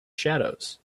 shadows